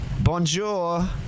bonjour